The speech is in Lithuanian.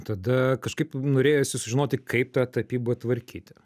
tada kažkaip norėjosi sužinoti kaip tą tapybą tvarkyti